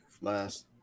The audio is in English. Last